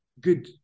good